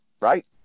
right